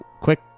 quick